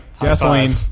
Gasoline